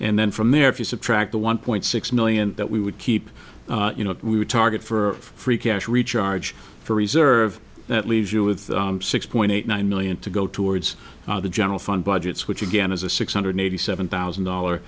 and then from there if you subtract the one point six million that we would keep you know we would target for free cash recharge for reserve that leaves you with six point eight nine million to go towards the general fund budgets which again is a six hundred eighty seven thousand dollar